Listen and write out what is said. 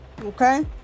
Okay